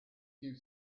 few